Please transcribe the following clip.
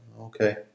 Okay